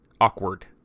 Awkward